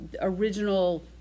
original